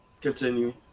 Continue